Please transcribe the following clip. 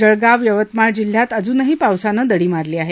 जळगाव यवतमाळ जिल्ह्यात अजूनही पावसानं दडी मारली आहे